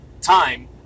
time